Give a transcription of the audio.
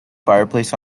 fireplace